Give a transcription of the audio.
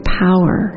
power